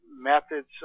methods